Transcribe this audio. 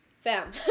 Fam